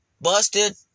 Busted